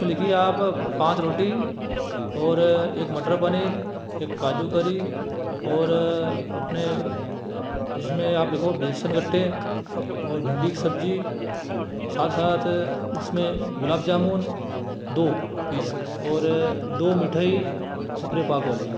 इस पर लिखिए आप पाँच रोटी और एक मटर पनीर एक काजू करी और अपने इसमें आप लिखो बेसन गट्टे और भिन्डी की सब्जी साथ साथ इसमें गुलाब जामुन दो पीस और दो मिठाई खोपरे पाक वाली